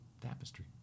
Tapestry